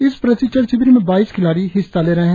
इस प्रशिक्षण शिविर में बाइस खिलाड़ी हिस्सा ले रहे है